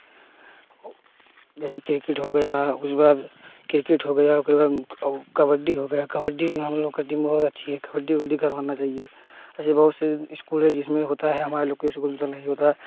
जैसे क्रिकेट हो गया उस बार क्रिकेट हो गया कबड्डी हो गया कबड्डी में हम लोग बहुत अच्छी हैं कबड्डी वबड्डी करवाना चाहिए ऐसे बहुत से स्कूल हैं जिसमें होता है हमारे लोग के स्कूल में तो नहीं होता